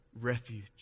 refuge